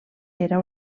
era